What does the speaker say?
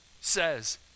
says